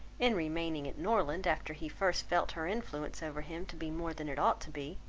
in remaining at norland after he first felt her influence over him to be more than it ought to be.